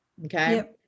Okay